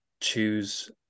choose